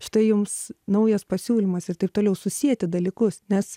štai jums naujas pasiūlymas ir taip toliau susieti dalykus nes